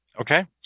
Okay